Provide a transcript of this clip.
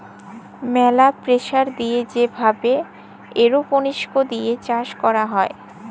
ম্যালা প্রেসার দিয়ে যে ভাবে এরওপনিক্স দিয়ে চাষ ক্যরা হ্যয়